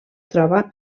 troba